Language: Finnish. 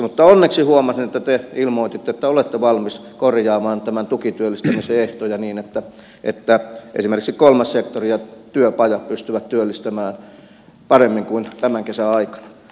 mutta onneksi huomasin että te ilmoititte että olette valmis korjaamaan tukityöllistämisen ehtoja niin että esimerkiksi kolmas sektori ja työpajat pystyvät työllistämään paremmin kuin tämän kesän aikana